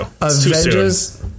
Avengers